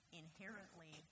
inherently